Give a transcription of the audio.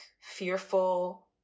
fearful